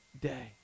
day